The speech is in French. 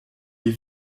les